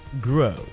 grow